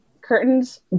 curtains